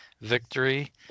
victory